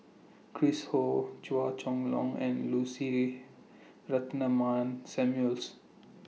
Chris Ho Chua Chong Long and Lucy Ratnammah Samuel's